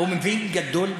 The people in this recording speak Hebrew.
הוא מבין גדול בספורט,